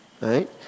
right